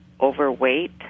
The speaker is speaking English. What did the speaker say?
overweight